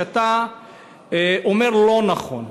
שאתה אומר: לא נכון.